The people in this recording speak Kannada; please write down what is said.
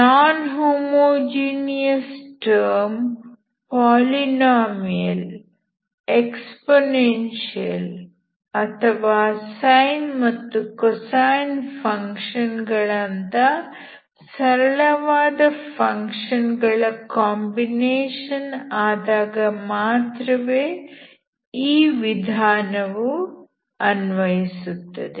ನಾನ್ ಹೋಮೋಜೀನಿಯಸ್ ಟರ್ಮ್ ಪಾಲಿನಾಮಿಯಲ್ ಎಕ್ಸ್ಪೋನೆನ್ಷಿಯಲ್ ಅಥವಾ sine ಮತ್ತು cosine ಫಂಕ್ಷನ್ ಗಳಂತ ಸರಳವಾದ ಫಂಕ್ಷನ್ ಗಳ ಕಾಂಬಿನೇಷನ್ ಆದಾಗ ಮಾತ್ರವೇ ಈ ವಿಧಾನವು ಅನ್ವಯಿಸುತ್ತದೆ